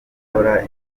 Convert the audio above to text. gukora